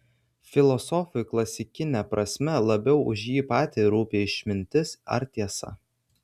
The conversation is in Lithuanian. filosofui klasikine prasme labiau už jį patį rūpi išmintis ar tiesa